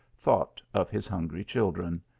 thought of his iuingry children.